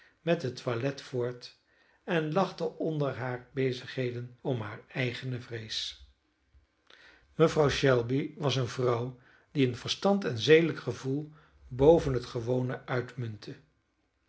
met het toilet voort en lachte onder hare bezigheden om hare eigene vrees mevrouw shelby was eene vrouw die in verstand en zedelijk gevoel boven het gewone uitmuntte